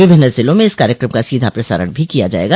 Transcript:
विभिन्न जिलों में इस कार्यक्रम का सीधा प्रसारण भी किया जायेगा